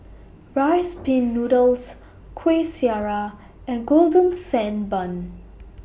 Rice Pin Noodles Kueh Syara and Golden Sand Bun